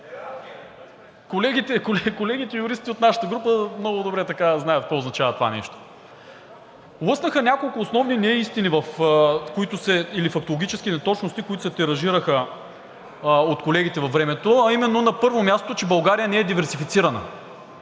Колегите юристи от нашата група много добре знаят какво означава това нещо. Лъснаха няколко основни неистини, или фактологически неточности, които се тиражираха от колегите във времето, а именно, на първо място, че България не е диверсифицирана.